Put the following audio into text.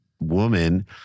woman